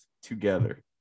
together